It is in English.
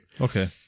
Okay